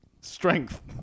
Strength